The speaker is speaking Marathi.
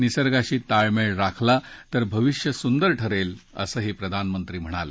निसर्गाशी ताळमेळ राखला तरच भविष्य सुंदर ठरेल असंही प्रधानमंत्री म्हणाले